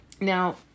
Now